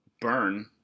burn